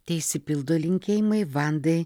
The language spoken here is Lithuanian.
teišsipildo linkėjimai vandai